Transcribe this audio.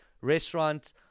restaurant